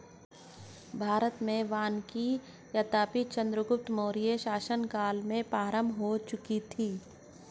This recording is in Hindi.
भारत में वैज्ञानिक वानिकी यद्यपि चंद्रगुप्त मौर्य के शासन काल में प्रारंभ हो चुकी थी